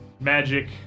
Magic